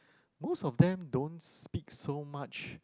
most of them don't speak so much